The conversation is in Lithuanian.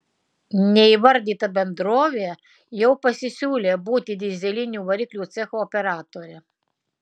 neįvardyta bendrovė jau pasisiūlė būti dyzelinių variklių cecho operatore